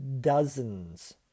dozens